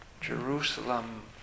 Jerusalem